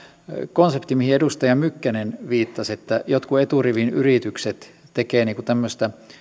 konsepti mihin edustaja mykkänen viittasi että jotkut eturivin yritykset tekevät tämmöistä